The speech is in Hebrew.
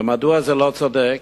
ומדוע זה לא צודק?